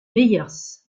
meyers